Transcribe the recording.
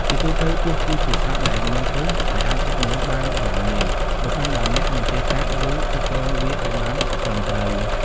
ជាទូទៅពស់គឺជាសត្វដែលមានពិស ហើយអាចចឹកមនុស្សបានយ៉ាងងាយ ប្រសិនបើអ្នកមិនចេះចាប់ ឬគ្រប់គ្រងវាឱ្យបានត្រឹមត្រូវ។